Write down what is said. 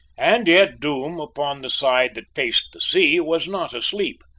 and yet doom, upon the side that faced the sea, was not asleep.